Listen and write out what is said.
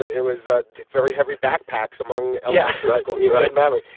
it was that very heavy backpacks among yeah rusko yeah but and memory.